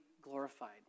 Glorified